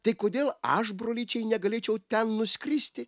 tai kodėl aš brolyčiai negalėčiau ten nuskristi